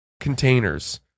containers